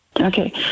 Okay